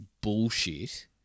bullshit